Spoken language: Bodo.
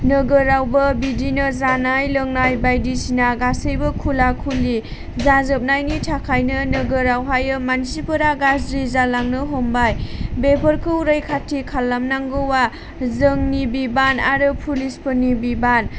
नोगोरावबो बिदिनो जानाय लोंनाय बायदिसिना गासैबो खुला खुलि जाजोबनायनि थाखायनो नोगोरावहायो मानसिफोरा गाज्रि जालांनो हमबाय बेफोरखौ रैखाथि खालामनांगौआ जोंनि बिबान आरो पुलिसफोरनि बिबान